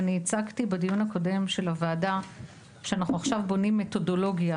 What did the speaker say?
אני הצגתי בדיון הקודם של הוועדה שאנחנו עכשיו בונים מתודולוגיה